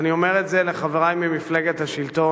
ואני אומר את זה לחברי ממפלגת השלטון: